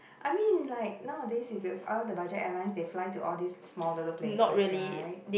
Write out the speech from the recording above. I mean like nowadays is this all the budget airlines they fly to all these small little places right